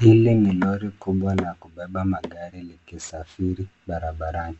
Hili ni lori kubwa la kubeba magari likisafiri barabarani.